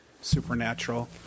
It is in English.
supernatural